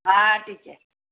हा टीचर